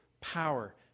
power